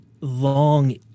long